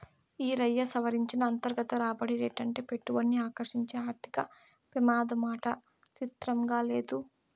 ఈరయ్యా, సవరించిన అంతర్గత రాబడి రేటంటే పెట్టుబడిని ఆకర్సించే ఆర్థిక పెమాదమాట సిత్రంగా లేదూ